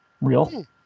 real